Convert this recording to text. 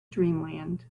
dreamland